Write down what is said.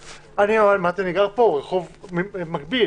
אמרתי, אני גר פה ברחוב מקביל.